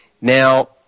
Now